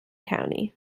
county